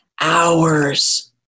hours